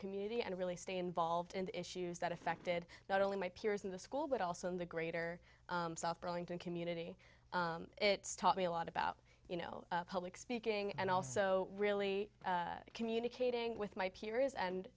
community and really stay involved in the issues that affected not only my peers in the school but also in the greater south burlington community it taught me a lot about you know public speaking and also really communicating with my peers and